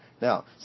Now